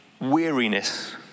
weariness